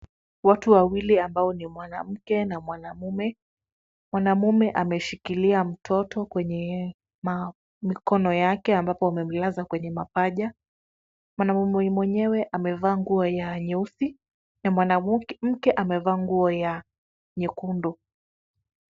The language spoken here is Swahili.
Watu wawili ambao ni mwanamke na mwanamume, mwanamume ameshikilia mtoto kwenye mikono yake ambapo amemlaza kwenye mapaja. Mwanamume mwenyewe amevaa nguo ya nyeusi na mwanamke amevaa nguo ya nyekundu.